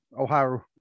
Ohio